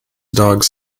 dogs